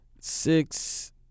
six